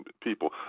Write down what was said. people